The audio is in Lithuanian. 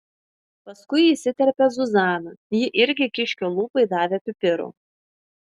paskui įsiterpė zuzana ji irgi kiškio lūpai davė pipirų